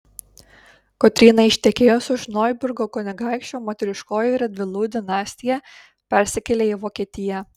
kotrynai ištekėjus už noiburgo kunigaikščio moteriškoji radvilų dinastija persikėlė į vokietiją